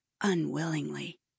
unwillingly